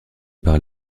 par